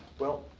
well,